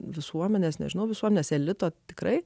visuomenės nežinau visuomenės elito tikrai